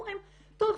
אומרים "טוב,